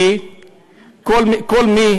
כי כל מי